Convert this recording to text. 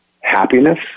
happiness